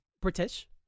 British